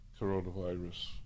coronavirus